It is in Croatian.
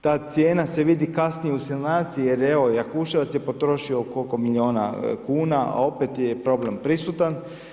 Ta cijena se vidi kasnije u insinuaciju jer evo Jakuševac je potrošio koliko miliona kuna a opet je problem prisutan.